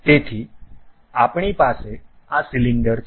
તેથી આપણી પાસે આ સિલિન્ડર છે